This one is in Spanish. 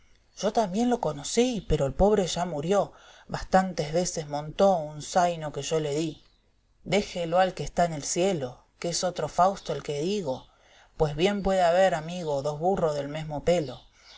yo también lo conocí pero el pobre ya murió bastantes veces montó un saino que yo le dá déjelo al que está en el cielo que es otro fausto e que digo pues bien puede haber amigo dos burros del mesmo pelo no